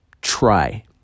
try